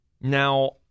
Now